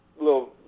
little